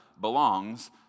belongs